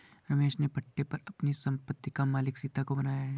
रमेश ने पट्टे पर अपनी संपत्ति का मालिक सीता को बनाया है